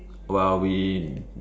well we